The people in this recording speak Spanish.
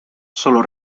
sólo